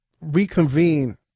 reconvene